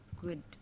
good